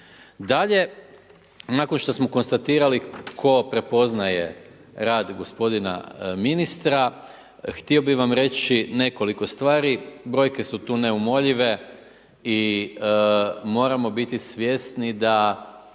Dalje, nakon što smo konstatirali tko prepoznaje rad gospodina ministra, htio bih vam reći nekoliko stvari, brojke su tu neumoljive i moramo biti svjesni da